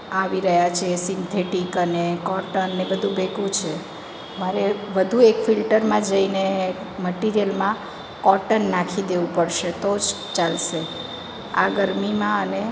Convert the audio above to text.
આવી રહ્યા છે સિન્થેટિક અને કોટન ને બધું ભેગું છે મારે વધુ એક ફિલ્ટરમાં જઈને મટિરિયલમાં કોટન નાખી દેવું પડશે તો જ ચાલશે આ ગરમીમાં અને